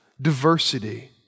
diversity